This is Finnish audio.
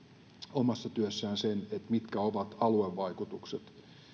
omassa työssään sen mitkä ovat aluevaikutukset